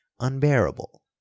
unbearable